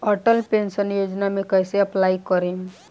Atal pension Yojana मे कैसे apply करेम?